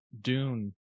dune